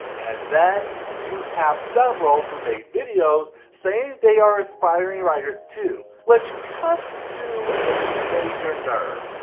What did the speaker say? and then you have several who made videos saying they are aspiring writers too, which cuts to a major nerve.